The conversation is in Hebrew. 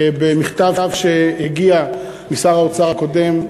במכתב שהגיע משר האוצר הקודם,